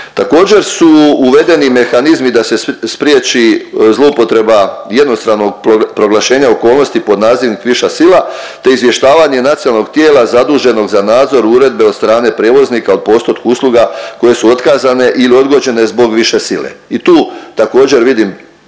Također, su uvedeni mehanizmi da se spriječi zloupotreba jednostranog proglašenja okolnosti pod nazivnik viša sila te izvještavanje nacionalnog tijela zaduženog za nadzor uredbe od strane prijevoznika u postotku usluga koje su otkazane ili odgođene zbog više sile. I tu također vidim